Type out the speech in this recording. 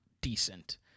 decent